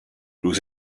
nous